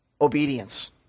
Obedience